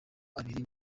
abiri